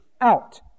out